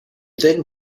then